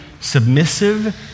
submissive